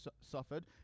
suffered